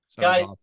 Guys